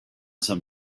some